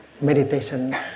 meditation